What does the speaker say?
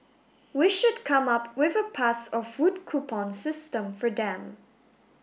we should come up with a pass or food coupon system for them